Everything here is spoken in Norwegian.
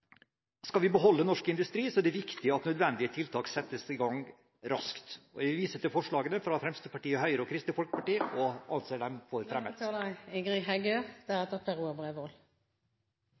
Skal vi beholde norsk industri, er det viktig at nødvendige tiltak settes i gang raskt. Jeg vil vise til forslaget fra Fremskrittspartiet, Høyre og Kristelig Folkeparti og anser det som … Det er eit viktig tema vi diskuterer her i dag, for